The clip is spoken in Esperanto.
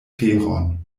feron